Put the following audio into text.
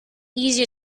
easier